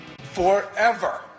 Forever